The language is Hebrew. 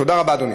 תודה רבה, אדוני.